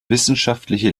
wissenschaftliche